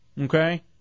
okay